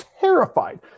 terrified